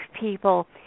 people